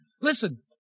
Listen